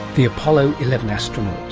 the apollo eleven astronauts,